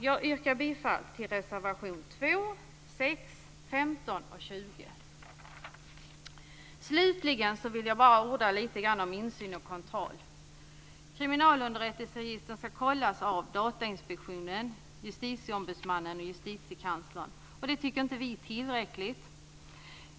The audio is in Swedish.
Jag yrkar bifall till reservationerna 2, Slutligen vill jag orda litet grand om detta med insyn och kontroll. Kriminalunderrättelseregister skall kontrolleras av Datainspektionen, Justitieombudsmannen och Justitiekanslern. Men vi tycker inte att det är tillräckligt.